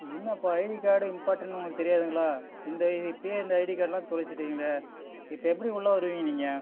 என்னப்பா ID card இம்பார்ட்டன்ட்னு உங்களுக்கு தெரியாதுங்களா இந்த இப்பயே இந்த ஐடி கார்டுலாம் தொலைச்சிட்டீங்களே இப்போ எப்படி உள்ளே வருவீங்க நீங்கள்